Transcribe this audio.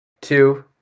two